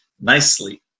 nicely